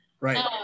Right